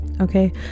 Okay